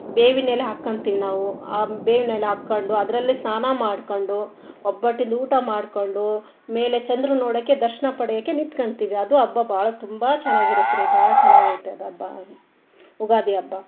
ಬೇವಿನ ಎಲೆ ಹಕ್ಕಂತೀವಿ ನಾವು ಆ ಬೇವ್ನ ಎಲೆ ಹಕ್ಕಂಡು ಅದರಲ್ಲಿ ಸ್ನಾನ ಮಾಡ್ಕೊಂಡು ಒಬ್ಬಟ್ಟಿಂದು ಊಟ ಮಾಡಿಕೊಂಡು ಮೇಲೆ ಚಂದ್ರನ ನೋಡೋಕ್ಕೆ ದರ್ಶನ ಪಡೆಯೋಕ್ಕೆ ನಿತ್ಗಂತೀವಿ ಅದು ಹಬ್ಬ ಭಾಳ ತುಂಬ ಚೆನ್ನಾಗಿರುತ್ರಿ ಭಾಳ ಚೆನ್ನಾಗೈತ್ ಅದು ಹಬ್ಬ ಯುಗಾದಿ ಹಬ್ಬ